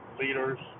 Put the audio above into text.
leaders